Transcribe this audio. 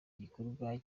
gikorwa